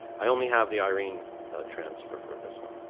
i only have the irene transfer for this one.